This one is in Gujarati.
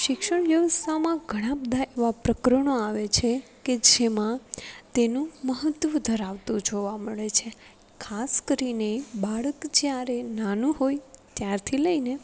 શિક્ષણ વ્યવસ્થામાં ઘણા બધા એવાં પ્રકરણો આવે છે કે જેમાં તેનું મહત્ત્વ ધરાવતું જોવા મળે છે ખાસ કરીને બાળક જ્યારે નાનું હોય ત્યારથી લઈને